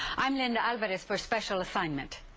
i'm linda alvarez for special assignment.